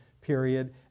period